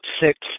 six